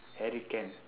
eric can